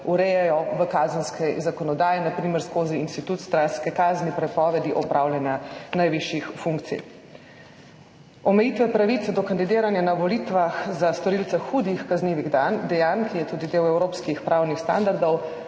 urejajo v kazenski zakonodaji, na primer skozi institut stranske kazni prepovedi opravljanja najvišjih funkcij. Omejitve pravice do kandidiranja na volitvah za storilce hudih kaznivih dejanj, ki je tudi del evropskih pravnih standardov,